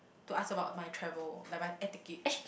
to ask about my travel like my air tickets